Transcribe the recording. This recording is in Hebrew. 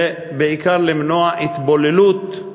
ובעיקר למנוע התבוללות,